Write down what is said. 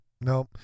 no